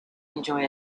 enjoy